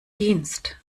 dienst